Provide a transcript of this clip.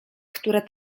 które